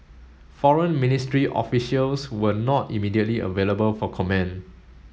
Foreign Ministry officials were not immediately available for comment